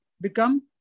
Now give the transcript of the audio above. become